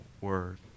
word